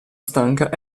stanca